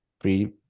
Free